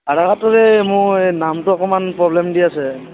আধাৰ কাৰ্ডটোত এই মোৰ নামটো এই অকণমান প্ৰবলেম দি আছে